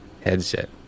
headset